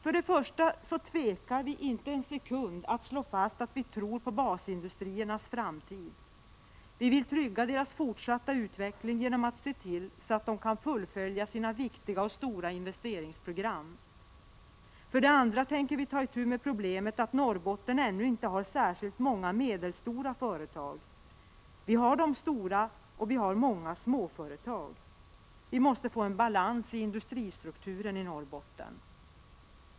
För det första tvekar vi inte en sekund att slå fast att vi tror på basindustriernas framtid. Vi vill trygga deras fortsatta utveckling genom att se till att de kan fullfölja sina viktiga och stora investeringsprogram. För det andra tänker vi ta itu med problemet att Norrbotten ännu inte har särskilt många medelstora företag. Vi har de stora företagen, och vi har många småföretag. Vi måste få en balans i industristrukturen i Norrbotten.